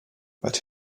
but